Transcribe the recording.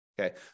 Okay